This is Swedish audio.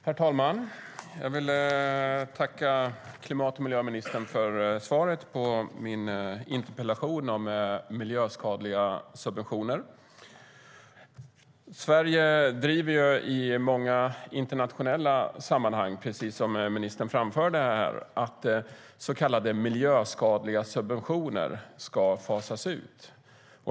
Herr talman! Jag vill tacka klimat och miljöministern för svaret på min interpellation om miljöskadliga subventioner. Precis som ministern framförde driver Sverige i många internationella sammanhang frågan att så kallade miljöskadliga subventioner ska fasas ut.